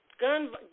Gun